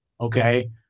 okay